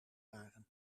waren